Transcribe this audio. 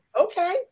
Okay